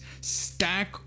stack